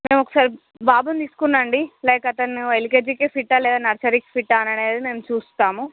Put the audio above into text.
madam ఒకసారి బాబుని తీసుకుని రండి లైక్ అతను ఎల్కేజీకి ఫిట్టా లేదా నర్సరీకి ఫిట్టా అనేది మేము చూస్తాము